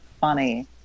funny